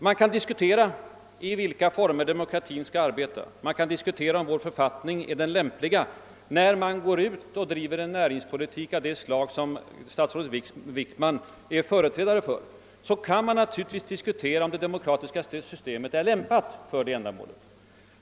Man kan diskutera i vilka former demokratin skall arbeta och man kan diskutera om vår författning är den lämpliga. När man går ut och driver en näringspolitisk aktivitet av det slag som statsrådet Wickman är företrädare för kan man naturligtvis diskutera, om vårt demokratiska system är lämpat därför.